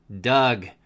Doug